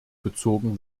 bezogen